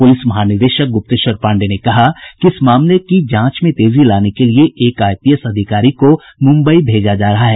police महानिदेशक गुप्तेश्वर पांडेय ने कहा कि इस मामले की जांच में तेजी लाने के लिए एक आईपीएस अधिकारी को मुम्बई भेजा जा रहा है